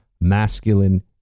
masculine